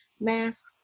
mask